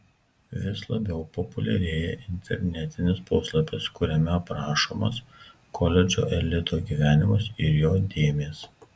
vis labiau populiarėja internetinis puslapis kuriame aprašomas koledžo elito gyvenimas ir jo dėmės